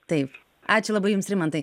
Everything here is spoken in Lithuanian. taip ačiū labai jums rimantai